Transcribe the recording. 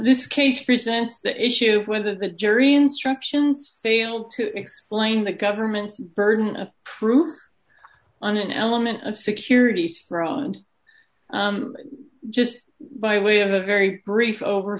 this case presents that issue whether the jury instructions fail to explain the government's burden of proof on an element of securities fraud just by way of a very brief over